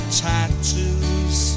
tattoos